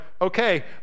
okay